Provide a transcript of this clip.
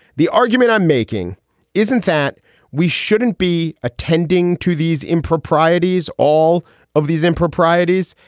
the argument i'm making isn't that we shouldn't be attending to these improprieties. all of these improprieties.